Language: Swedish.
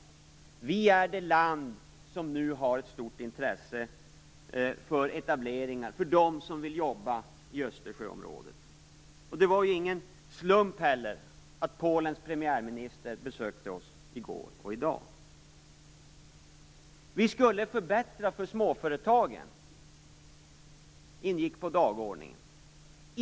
Sverige är nu ett land av stort intresse när det gäller etableringar för dem som vill jobba i Östersjöområdet. Det är ingen slump att Polens premiärminister kom för att besöka oss i går och i dag. Vi skulle förbättra för småföretagen. Det ingick på dagordningen.